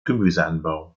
gemüseanbau